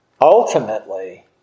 ultimately